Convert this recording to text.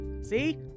See